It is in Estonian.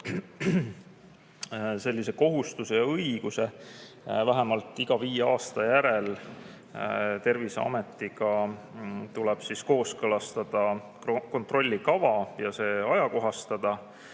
sellise kohustuse ja õiguse vähemalt iga viie aasta järel. Terviseametiga tuleb kooskõlastada kontrolli kava ja see ajakohastada.